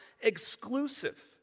exclusive